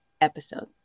episode